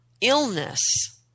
illness